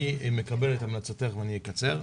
אני מקבל את המלצתך ואני אקצר.